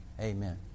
Amen